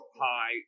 hi